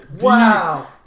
Wow